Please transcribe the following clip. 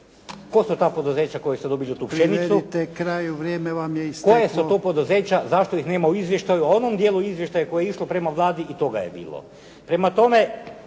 kraju, vrijeme vam je isteklo./ … Koja su to poduzeća, zašto ih nema u izvještaju, u onom dijelu izvještaja koje je išlo prema Vladi i toga je bilo. Prema tome